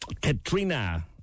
Katrina